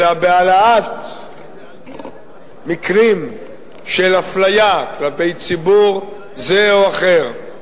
אלא בהעלאת מקרים של אפליה כלפי ציבור זה או אחר,